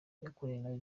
yakoreye